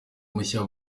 mushya